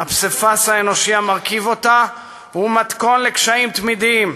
הפסיפס האנושי המרכיב אותה הוא מתכון לקשיים תמידיים,